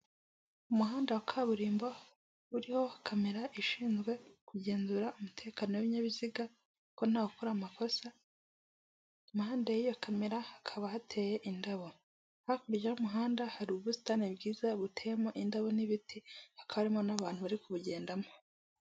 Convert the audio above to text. Umuhanda wa kaburimbo uriho kamera ishinzwe kugenzura umutekano w'ibinyabiziga, ko ntawe ukora amakosa impande y'iyo kamera hakaba hateye indabo, hakurya y'umuhanda hari ubusitani bwiza buteyemo indabo n'ibiti hakaba harimo n'abantu bari kuwugendamo.